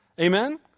Amen